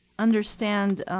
understand